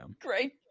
Great